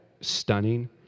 stunning